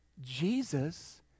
Jesus